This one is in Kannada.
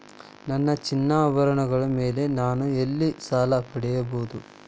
ನನ್ನ ಚಿನ್ನಾಭರಣಗಳ ಮೇಲೆ ನಾನು ಎಲ್ಲಿ ಸಾಲ ಪಡೆಯಬಹುದು?